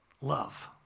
love